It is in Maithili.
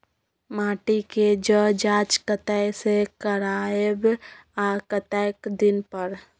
माटी के ज जॉंच कतय से करायब आ कतेक दिन पर?